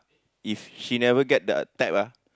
if she never get the type ah